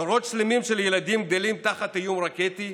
דורות שלמים של ילדים גדלים תחת איום רקטי,